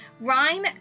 rhyme